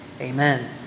Amen